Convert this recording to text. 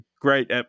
Great